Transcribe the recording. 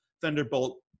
Thunderbolt